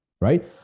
right